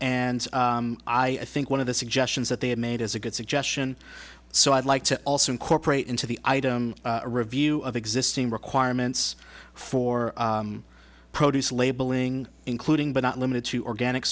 and i think one of the suggestions that they have made is a good suggestion so i'd like to also incorporate into the item a review of existing requirements for produce labeling including but not limited to organic